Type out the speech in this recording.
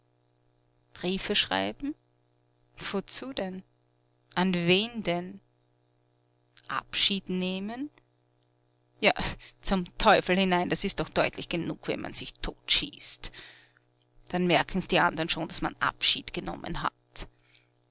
briefe schreiben wozu denn an wen denn abschied nehmen ja zum teufel hinein das ist doch deutlich genug wenn man sich totschießt dann merken's die andern schon daß man abschied genommen hat